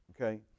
Okay